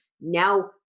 now